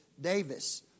Davis